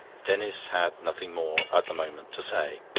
denis had nothing more, at the moment, to say.